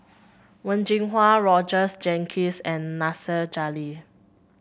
Wen Jinhua Rogers Jenkins and Nasir Jalil